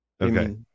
Okay